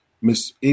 Miss